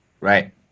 Right